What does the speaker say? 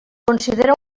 considera